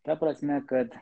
ta prasme kad